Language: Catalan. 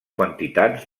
quantitats